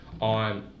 on